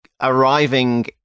arriving